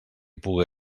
puga